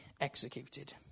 executed